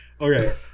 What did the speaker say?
Okay